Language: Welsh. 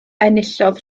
enillodd